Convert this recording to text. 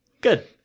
Good